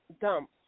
dump